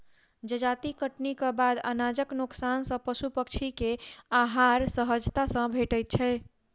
जजाति कटनीक बाद अनाजक नोकसान सॅ पशु पक्षी के आहार सहजता सॅ भेटैत छै